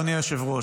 אדוני היושב-ראש,